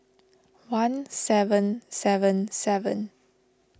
one seven seven seven